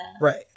Right